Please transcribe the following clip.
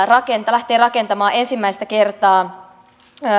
lähtee rakentamaan ensimmäistä kertaa